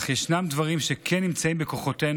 אך ישנם דברים שכן בכוחותינו,